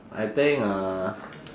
I think uh